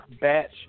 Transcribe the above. batch